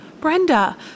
Brenda